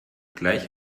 gleich